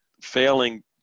failing